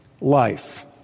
life